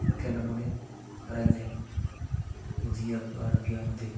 सुठे नमूने कराईंदा आहिनि कि जीअं ॿारु अॻियां वधे